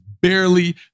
barely